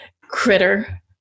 Critter